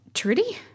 Trudy